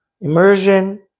immersion